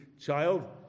child